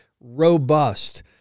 robust